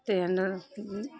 تینر